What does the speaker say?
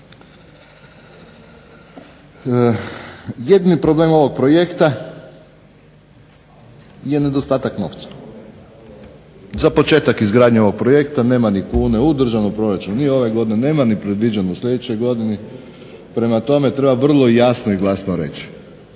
Jedini problem ovog projekta je nedostatak novca. Za početak izgradnje ovog projekta nema ni kune u državnom proračunu ni ove godine, nema ni predviđeno u sljedećoj godini. Prema tome treba vrlo jasno i glasno reći